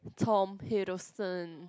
Tom Hiddleston